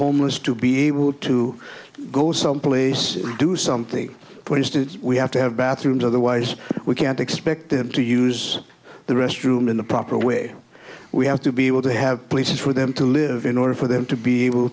homeless to be able to go someplace or do something for instance we have to have bathrooms otherwise we can't expect them to use the restroom in the proper way we have to be able to have places for them to live in order for them to be able